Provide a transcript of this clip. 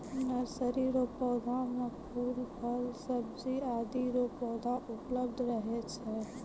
nursery रो पौधा मे फूल, फल, सब्जी आदि रो पौधा उपलब्ध रहै छै